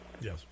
Yes